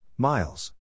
Miles